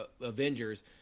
Avengers